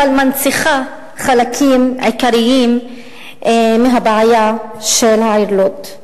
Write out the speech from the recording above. אבל מנציחה חלקים עיקריים מהבעיה של העיר לוד.